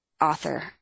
author